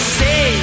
say